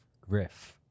Griff